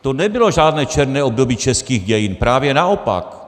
To nebylo žádné černé období českých dějin, právě naopak.